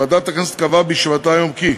ועדת הכנסת קבעה בישיבתה היום כי,